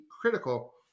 critical